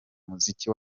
muziki